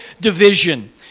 division